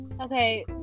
Okay